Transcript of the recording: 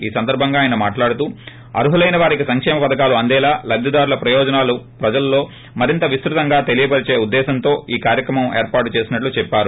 ఈ సందర్బంగా మాట్లాడుతూ అర్ఘలైన వారికి సంకేమ పథకాలు అందేలాలబ్దిదారుల ప్రయోజనాలు ప్రజల్లో మరింత విస్తృతంగా తెలియపరిచే ఉద్దేశ్వంతో ఈ కార్యక్రమం ఏర్పాటు చేసినట్లు చెప్పారు